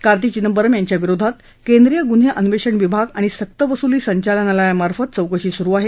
कार्ती चिदंबरम यांच्या विरोधात केंद्रीय गुन्हे अन्वेषण विभाग आणि सक्तवसुली संचालनालयामार्फत चौकशी सुरु आहे